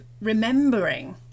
remembering